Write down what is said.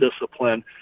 discipline